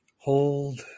Hold